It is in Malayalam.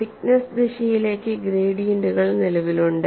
തിക്നെസ്സ് ദിശയിലേക്ക് ഗ്രേഡിയന്റുകൾ നിലവിലുണ്ട്